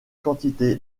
quantité